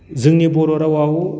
जोंनि बर' रावाव